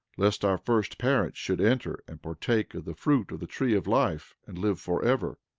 lest our first parents should enter and partake of the fruit of the tree of life, and live forever?